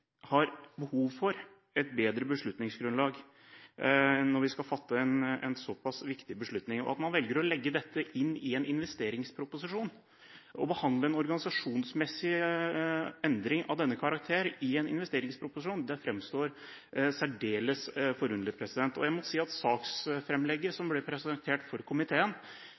Stortinget behov for et bedre beslutningsgrunnlag. At man velger å behandle en organisasjonsmessig endring av denne karakter i en investeringsproposisjon, framstår som særdeles forunderlig. Når det gjelder det saksframlegget som ble presentert for komiteen: